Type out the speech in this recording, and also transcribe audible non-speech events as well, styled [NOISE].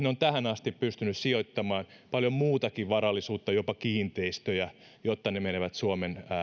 [UNINTELLIGIBLE] on tähän asti pystynyt sijoittamaan paljon muutakin varallisuutta jopa kiinteistöjä jotta ne menevät suomen